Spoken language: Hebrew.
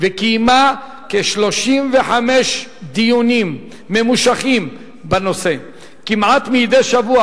וקיימה כ-35 דיונים ממושכים בנושא כמעט מדי שבוע.